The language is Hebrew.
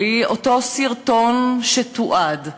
בלי אותו סרטון שתועד,